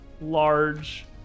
large